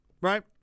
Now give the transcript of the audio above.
right